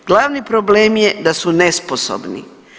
Glavni problem je da su nesposobni.